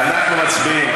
עכשיו שמית, עכשיו שמית.